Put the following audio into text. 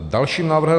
Další návrh.